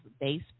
base